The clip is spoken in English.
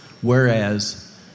Whereas